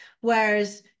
Whereas